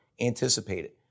anticipated